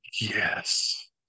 yes